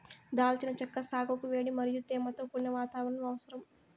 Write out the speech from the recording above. దాల్చిన చెక్క సాగుకు వేడి మరియు తేమతో కూడిన వాతావరణం అవసరం